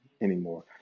anymore